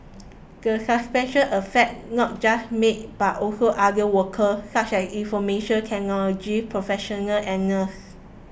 the suspension affects not just maids but also other workers such as information technology professionals and nurses